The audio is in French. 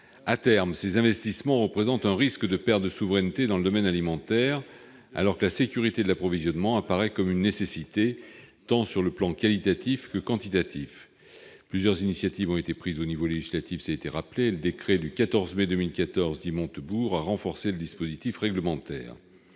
À terme, ces investissements représentent un risque de perte de souveraineté dans le domaine alimentaire, alors que la sécurité de l'approvisionnement apparaît comme une nécessité, tant sur le plan qualitatif que quantitatif. Plusieurs initiatives ont été prises au niveau législatif et le décret du 14 mai 2014, dit Montebourg, a renforcé le dispositif réglementaire.